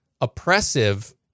oppressive